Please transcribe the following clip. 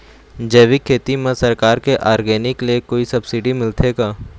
जैविक खेती म सरकार के ऑर्गेनिक ले कोई सब्सिडी मिलथे का?